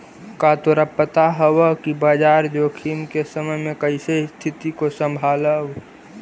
का तोरा पता हवअ कि बाजार जोखिम के समय में कइसे स्तिथि को संभालव